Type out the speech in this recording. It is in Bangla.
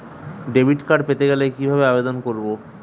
ডেবিট কার্ড পেতে কিভাবে আবেদন করব?